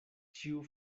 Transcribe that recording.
ĉiu